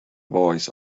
voice